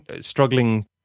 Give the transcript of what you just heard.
struggling